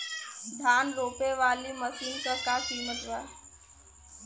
धान रोपे वाली मशीन क का कीमत बा?